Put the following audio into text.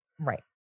Right